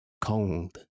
cold